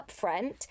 upfront